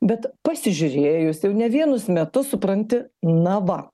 bet pasižiūrėjus jau ne vienus metus supranti na va